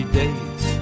days